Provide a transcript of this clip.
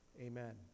Amen